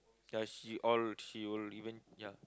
does she all she will even ya